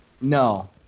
No